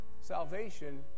salvation